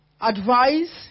advise